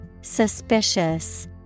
Suspicious